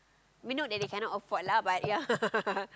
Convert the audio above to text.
I mean not that they cannot afford lah but ya